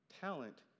Talent